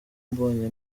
mbonye